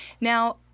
Now